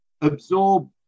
absorb